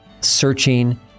searching